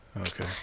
Okay